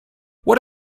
what